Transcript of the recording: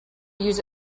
use